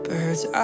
Birds